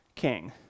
king